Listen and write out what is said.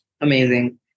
Amazing